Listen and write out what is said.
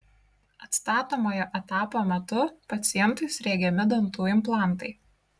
atstatomojo etapo metu pacientui sriegiami dantų implantai